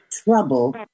trouble